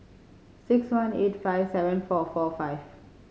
six one eight five seven four four five